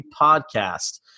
podcast